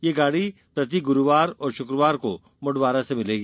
यह गाड़ी प्रति गुरूवार और शुक्रवार को मुडवारा से मिलेगी